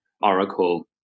Oracle